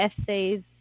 essays